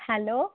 hello